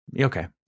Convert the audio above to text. okay